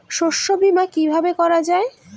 শস্য বীমা কিভাবে করা যায়?